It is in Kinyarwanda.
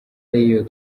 rayon